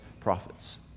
prophets